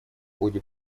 ходе